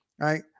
right